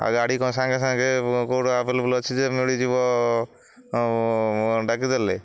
ଆଉ ଗାଡ଼ି କଣ ସାଙ୍ଗେ ସାଙ୍ଗେ କେଉଁଠୁ ଆଭେଲେବୁଲ ଅଛି ଯେ ମିଳିଯିବ ଡାକିଦେଲେ